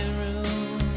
room